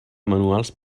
manuals